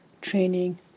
training